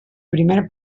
primer